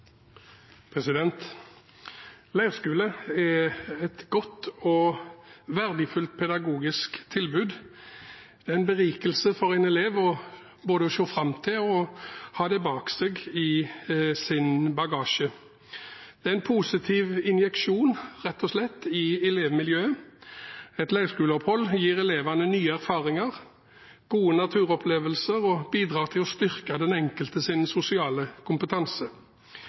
elever. Leirskole er et godt og verdifullt pedagogisk tilbud. Det er en berikelse for en elev både å se fram til det og å ha det med seg i sin bagasje. Det er en positiv injeksjon, rett og slett, i elevmiljøet. Et leirskoleopphold gir elevene nye erfaringer, gode naturopplevelser og bidrar til å styrke den enkeltes sosiale kompetanse.